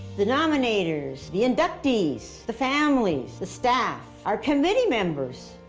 the nominators, the inductees, the families, the staff, our committee members,